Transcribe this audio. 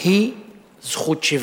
היא זכות שיבה.